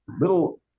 little